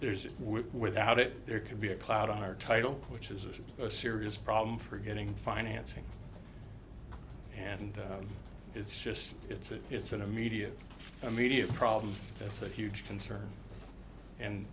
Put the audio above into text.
there's without it there could be a cloud on our title which is a serious problem for getting financing and it's just it's a it's an immediate immediate problem that's a huge concern and